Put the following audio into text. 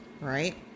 right